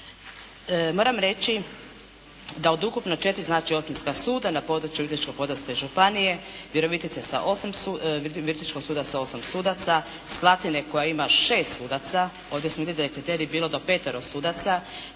Moram reći da od ukupno, četiri znači općinska suda na području Virovitičko-podravske županije, Virovitice se, Virovitičkog suda sa 8 sudaca, Slatine koja ima šest sudaca. Ovdje se vidi da je kriterij bio do petero sudaca